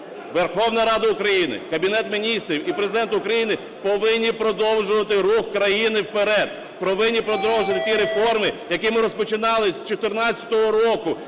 Верховна Рада України, Кабінет Міністрів і Президент України повинні продовжувати рух країни вперед, повинні продовжувати ті реформи, які ми розпочинали з 14-го року